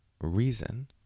reason